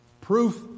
Proof